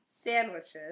Sandwiches